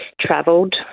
traveled